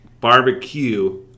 barbecue